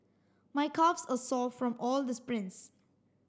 my calves are sore from all the sprints